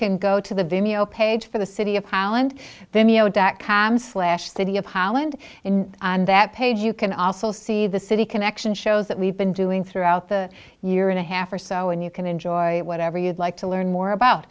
can go to the vimeo page for the city of holland then you know dot com slash city of holland and on that page you can also see the city connection shows that we've been doing throughout the year and a half or so and you can enjoy whatever you'd like to learn more about